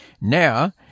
Now